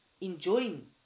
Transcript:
Enjoying